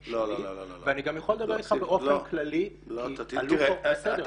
שלי ואני יכול לדבר איתך באופן כללי כי עלו פה -- לא,